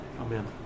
Amen